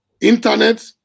internet